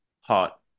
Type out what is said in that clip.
hot